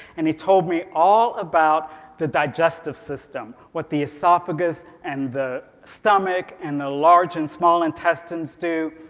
and he told me all about the digestive system, what the esophagus and the stomach and the large and small intestines do,